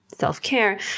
self-care